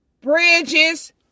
bridges